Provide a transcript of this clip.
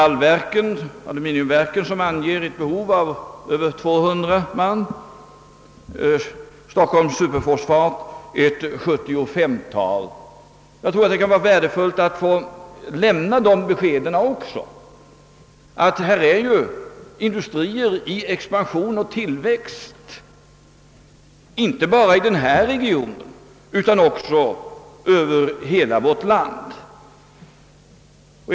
Svenska aluminiumkompaniet anger ett behov av över 200 man, Stockholms superfosfat fabriks AB ett behov av cirka 75 man. Jag tror det kan vara värdefullt att lämna dessa besked också — de visar på industrier i expansion och tillväxt. Och sådana finns inte bara i denna region utan över hela vårt land.